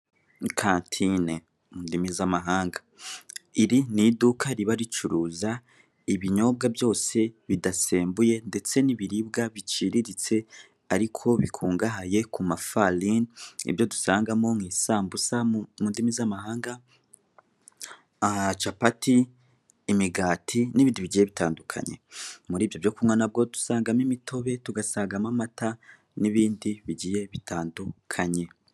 Kantine mu indimi z'amahanga . Iri ni iduka riba ricuruza ibinyobwa byose bidasembuye ndetse n'ibiribwa biciriritse ariko bikungahaye ku mafarini, ibyo dusangamo ni isambusa mu ndimi z'amahanga, aaa capati imigati n'ibindi bigiye bitandukanye . Muri ibyo byokunywa dusangamo imitobe, amata n'ibindi bikiye bitandukanye .